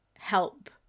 help